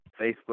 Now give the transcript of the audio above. Facebook